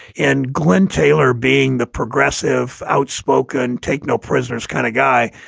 and glenn taylor being the progressive, outspoken take no prisoners kind of guy,